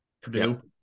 Purdue